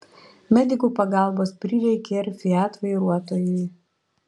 medikų pagalbos prireikė ir fiat vairuotojui